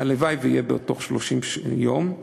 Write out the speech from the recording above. שהלוואי שזה יהיה תוך 30 יום,